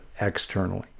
externally